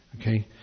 Okay